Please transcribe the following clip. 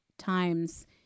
times